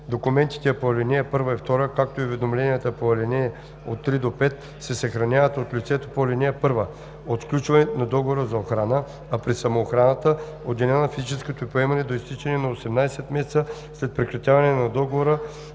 Документите по ал. 1 и 2, както и уведомленията по ал. 3 – 5 се съхраняват от лицето по ал. 1 от сключването на договора за охрана, а при самоохраната – от деня на фактическото й поемане, до изтичане на 18 месеца след прекратяването на договора,